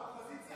האופוזיציה